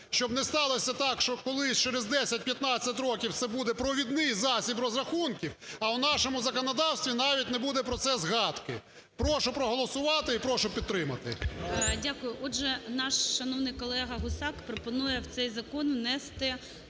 щоб не сталося так, що колись через 10-15 років це буде провідний засіб розрахунків, а у нашому законодавстві навіть не буде про це згадки. Прошу проголосувати і прошу підтримати. ГОЛОВУЮЧИЙ. Дякую. Отже, наш шановний колега Гусак пропонує в цей закон внести